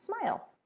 Smile